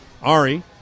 Ari